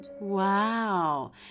wow